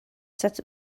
set